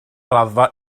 raddfa